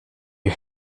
you